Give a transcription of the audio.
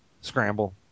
Scramble